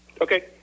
Okay